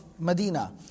Medina